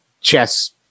chess